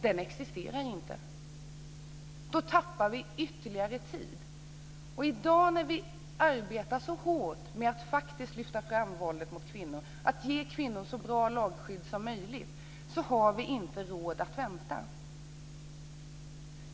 Då tappar vi ytterligare tid. Vi kan också göra lagändringen nu. När vi i dag arbetar så hårt med att lyfta fram våldet mot kvinnor, att ge kvinnor så bra lagskydd som möjligt, har vi inte råd att vänta.